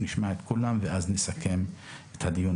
נשמע את כולם ואז נסכם את הדיון.